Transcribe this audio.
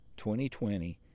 2020